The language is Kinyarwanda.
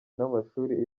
n’amashuri